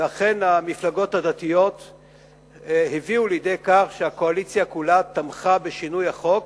ואכן המפלגות הדתיות הביאו לידי כך שהקואליציה כולה תמכה בשינוי החוק,